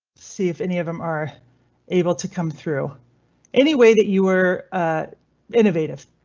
see if any of them are able to come through anyway, that you were innovative.